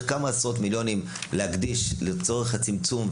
כמה עשרות מיליונים להקדיש לצורך הצמצום,